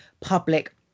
public